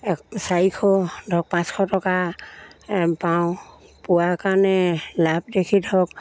এক চাৰিশ ধৰক পাঁচশ টকা পাওঁ পোৱা কাৰণে লাভ দেখি ধৰক